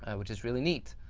which is really neat,